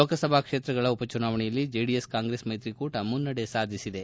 ಲೋಕಸಭಾ ಕ್ಷೇತ್ರಗಳ ಉಪಚುನಾವಣೆಯಲ್ಲಿ ಜೆಡಿಎಸ್ ಕಾಂಗ್ರೆಸ್ ಮೈತ್ರಿಕೂಟ ಮುನ್ನಡೆ ಸಾಧಿಸಿದೆ